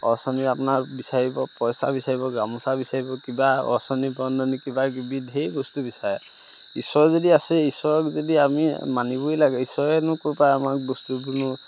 অৰ্চনী আপোনাক বিচাৰিব পইচা বিচাৰিব গামোচা বিচাৰিব কিবা অৰ্চনী বন্ধনী কিবাকিবি ঢেৰ বস্তু বিচাৰে ঈশ্বৰ যদি আছে ঈশ্বৰক যদি আমি মানিবই লাগে ঈশ্বৰেনো ক'ৰপৰা আমাক বস্তুবোৰনো